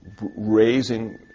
raising